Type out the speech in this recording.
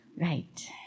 Right